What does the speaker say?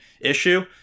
issue